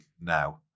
now